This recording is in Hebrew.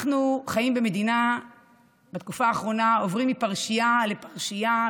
אנחנו חיים במדינה שבתקופה האחרונה עוברים מפרשייה לפרשייה,